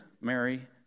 Mary